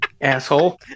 asshole